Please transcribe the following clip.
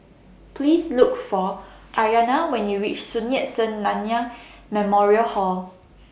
Please Look For Aryana when YOU REACH Sun Yat Sen Nanyang Memorial Hall